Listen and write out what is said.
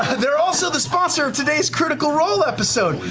they're also the sponsor of today's critical role episode.